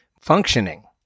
functioning